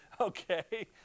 Okay